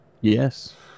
Yes